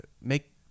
make